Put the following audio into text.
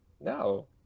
no